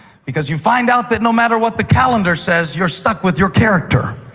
because you find out that no matter what the calendar says, you're stuck with your character.